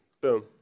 Boom